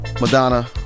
Madonna